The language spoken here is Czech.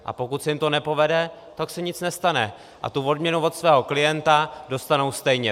A pokud se jim to nepovede, tak se jim nic nestane a tu odměnu od svého klienta dostanou stejně.